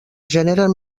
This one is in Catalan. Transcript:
generen